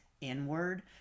inward